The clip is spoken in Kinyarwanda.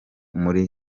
muri